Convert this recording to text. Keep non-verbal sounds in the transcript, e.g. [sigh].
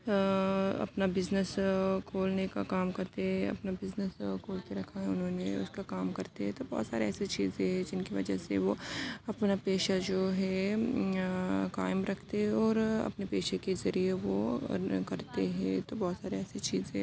اپنا بزنس کھولنے کا کام کرتے ہیں اپنا بزنس کھول کے رکھا ہے انہوں نے اس کا کام کرتے ہیں تو بہت سارے ایسے چیزیں ہیں جن کی وجہ سے وہ اپنا پیشہ جو ہے قائم رکھتے اور اپنے پیشے کے ذریعے وہ [unintelligible] کرتے ہیں تو بہت ساری ایسی چیزیں